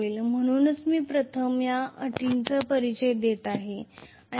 म्हणूनच मी प्रथम या अटींचा परिचय देत आहे आणि पी